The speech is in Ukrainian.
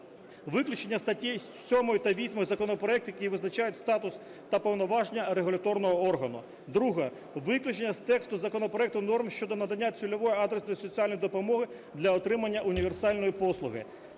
Виключення статей 7 та 8 законопроекту, які визначають статус та повноваження регуляторного органу. Друге. Виключення з тексту законопроекту норм щодо надання цільової адресної соціальної допомоги для отримання універсальної послуги.